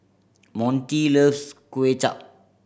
Monty loves Kway Chap